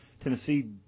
Tennessee